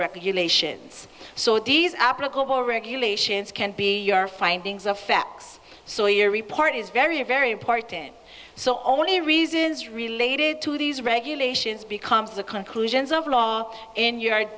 regulations so these applicable regulations can be your findings of facts so your report is very very important so only reasons related to these regulations becomes the conclusions of law in